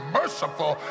merciful